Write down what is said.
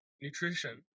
nutrition